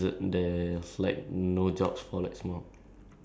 uh what jobs is there for like small people